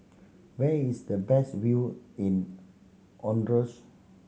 where is the best view in Honduras